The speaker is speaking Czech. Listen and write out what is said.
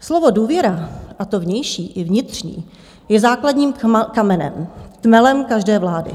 Slovo důvěra, a to vnější i vnitřní, je základním kamenem, tmelem každé vlády.